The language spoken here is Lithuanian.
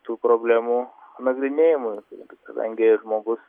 tų problemų nagrinėjimui kadangi jei žmogus